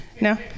no